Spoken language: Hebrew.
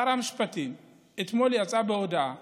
שר המשפטים יצא אתמול בהודעה